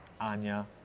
Anya